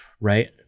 Right